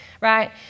right